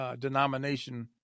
denomination